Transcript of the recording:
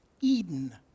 Eden